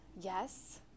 Yes